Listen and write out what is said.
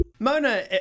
Mona